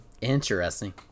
Interesting